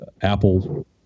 Apple